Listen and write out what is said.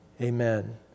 Amen